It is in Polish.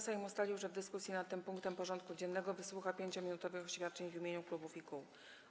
Sejm ustalił, że w dyskusji nad tym punktem porządku dziennego wysłucha 5-minutowych oświadczeń w imieniu klubów i kół.